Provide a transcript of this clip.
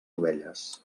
ovelles